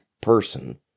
person